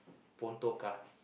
Ponto car